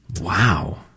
Wow